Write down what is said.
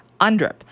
UNDRIP